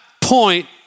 point